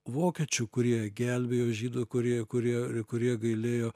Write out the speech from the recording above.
vokiečių kurie gelbėjo žydų kurie kurie kurie gailėjo